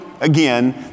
again